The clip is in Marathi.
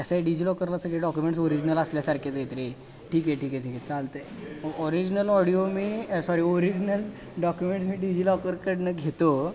कसं आहे डिजिलॉकरला सगळे डॉक्युमेंट्स ओरिजनल असल्यासारखेच आहेत रे ठीक आहे ठीक आहे ठीक आहे चालतं आहे मग ओरिजनल ऑडिओ मी सॉरी ओरिजनल डॉक्युमेंट्स मी डिजिलॉकरकडून घेतो